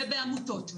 ובעמותות,